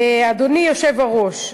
אדוני היושב-ראש,